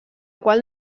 qual